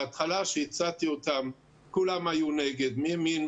בהתחלה כשהצעתי אותם כולם היו נגד מימין,